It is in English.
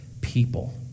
people